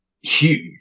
huge